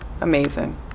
Amazing